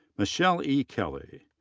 michelle e. kelley.